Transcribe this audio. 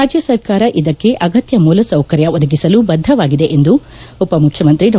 ರಾಜ್ಯ ಸರ್ಕಾರ ಇದಕ್ಕೆ ಅಗತ್ಯ ಮೂಲಸೌಕರ್ಯ ಒದಗಿಸಲು ಬದ್ಧವಾಗಿದೆ ಎಂದು ಉಪಮುಖ್ಯಮಂತ್ರಿ ಡಾ